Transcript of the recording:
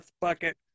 bucket